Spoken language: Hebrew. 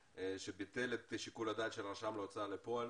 שביטל את שיקול הדעת של הרשם להוצאה לפועל,